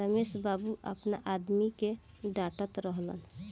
रमेश बाबू आपना आदमी के डाटऽत रहलन